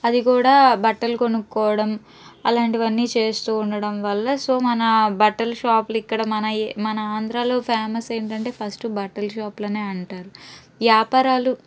అది కూడా బట్టలు కొనుక్కోవడం అలాంటివన్నీ చేస్తూ ఉండడం వల్ల సో మన బట్టల షాప్లు ఇక్కడ మన ఆంధ్రాలో ఫేమస్ ఏంటంటే ఫస్టు బట్టలు షాప్లు అనే అంటారు వ్యాపారాలు